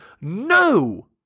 No